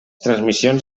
transmissions